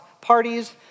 parties